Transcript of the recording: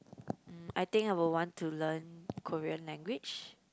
mm I think I would want to learn Korean language